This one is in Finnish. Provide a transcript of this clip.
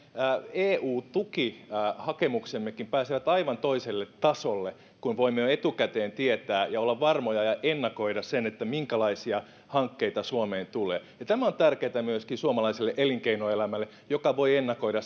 eu tukihakemuksemmekin pääsevät aivan toiselle tasolle kun voimme jo etukäteen tietää ja olla varmoja ja ennakoida minkälaisia hankkeita suomeen tulee tämä on tärkeätä myöskin suomalaiselle elinkeinoelämälle joka voi ennakoida